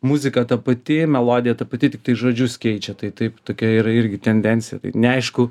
muzika ta pati melodija ta pati tiktai žodžius keičia tai taip tokia ir irgi tendencija tai neaišku